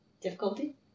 Difficulty